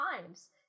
times